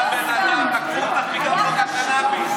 אַת הבן אדם, לקחו אותך בגלל חוק הקנביס.